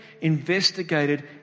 investigated